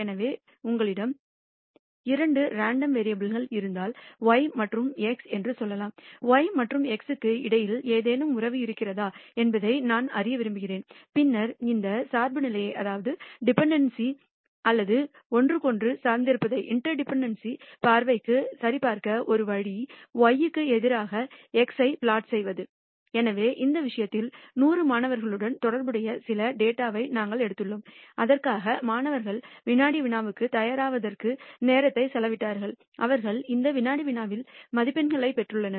எனவே உங்களிடம் இரண்டு ரேண்டம் வேரியபுல் கள் இருந்தால் y மற்றும் x என்று சொல்லலாம் y மற்றும் x க்கு இடையில் ஏதேனும் உறவு இருக்கிறதா என்பதை நான் அறிய விரும்புகிறேன் பின்னர் இந்த சார்புநிலை அல்லது ஒன்றுக்கொன்று சார்ந்திருப்பதை பார்வைக்கு சரிபார்க்க ஒரு வழி y க்கு எதிராக x ஐ பிளாட் செய்வது எனவே இந்த விஷயத்தில் 100 மாணவர்களுடன் தொடர்புடைய சில டேட்டாவை நாங்கள் எடுத்துள்ளோம் அதற்காக மாணவர்கள் வினாடி வினாவுக்குத் தயாராவதற்கு நேரத்தை செலவிட்டார்கள் அவர்கள் அந்த வினாடி வினாவில் மதிப்பெண்களைப் பெற்றுள்ளனர்